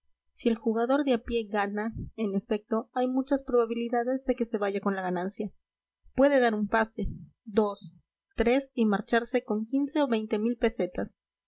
si el jugador de a pie gana en efecto hay muchas probabilidades de que se vaya con la ganancia puede dar un pase dos tres y marcharse con o pesetas